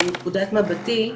מנקודת מבטי.